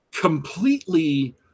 completely